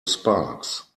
sparks